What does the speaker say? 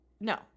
no